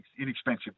inexpensive